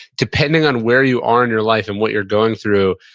depending on where you are in your life and what you're going through.